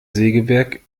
sägewerk